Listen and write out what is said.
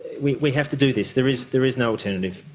we we have to do this, there is there is no alternative.